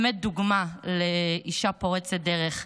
באמת דוגמה לאישה פורצת דרך,